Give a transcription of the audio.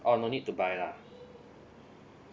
oh no need to buy lah